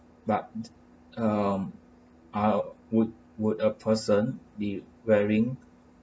but um I would would a person be wearing